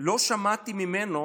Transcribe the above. לא שמעתי ממנו